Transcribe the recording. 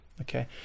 okay